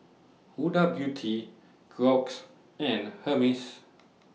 Huda Beauty Crocs and Hermes